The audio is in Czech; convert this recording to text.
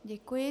Děkuji.